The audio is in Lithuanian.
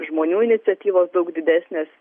žmonių iniciatyvos daug didesnės